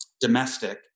domestic